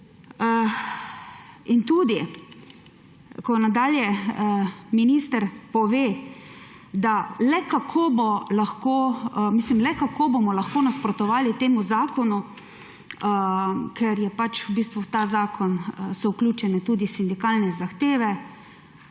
In tudi ko nadalje minister pove, da le kako bomo lahko nasprotovali temu zakonu, ker so v bistvu v ta zakon vključene tudi sindikalne zahteve.